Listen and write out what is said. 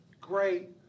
great